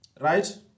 right